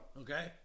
Okay